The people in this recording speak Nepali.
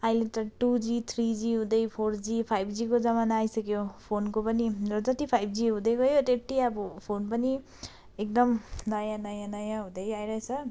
अहिले त टु जी थ्री जी हुँदै फोर जी फाइभ जीको जमाना आइसक्यो फोनको पनि जति फाइभ जी हुँदै गयो त्यति अब फोन पनि एकदम नयाँ नयाँ नयाँ हुँदै आइरहेको छ